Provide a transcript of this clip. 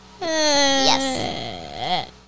Yes